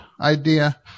idea